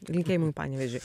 linkėjimai panevėžiui